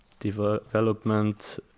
Development